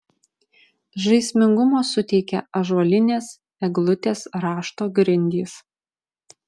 žaismingumo suteikia ąžuolinės eglutės rašto grindys